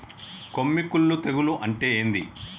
కొమ్మి కుల్లు తెగులు అంటే ఏంది?